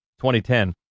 2010